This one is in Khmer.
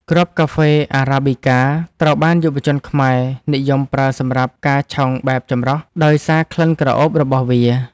គ្រាប់កាហ្វេអារ៉ាប៊ីកា ត្រូវបានយុវជនខ្មែរនិយមប្រើសម្រាប់ការឆុងបែបចម្រោះ ដោយសារក្លិនក្រអូបរបស់វា។